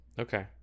Okay